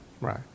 right